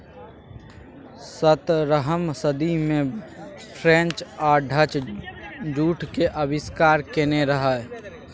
सतरहम सदी मे फ्रेंच आ डच जुटक आविष्कार केने रहय